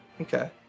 Okay